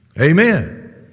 Amen